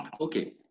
Okay